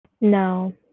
No